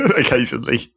occasionally